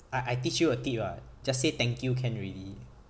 I teach you a tip ah just say thank you can already